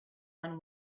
when